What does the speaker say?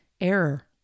error